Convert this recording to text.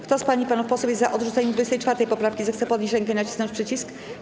Kto z pań i panów posłów jest za odrzuceniem 24. poprawki, zechce podnieść rękę i nacisnąć przycisk.